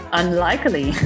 unlikely